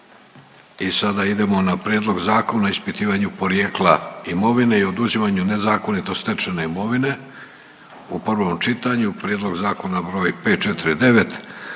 Gordan (HDZ)** Prijedlog zakona o ispitivanju porijekla imovine i oduzimanju nezakonito stečene imovine, prvo čitanje, P.Z. br. 549,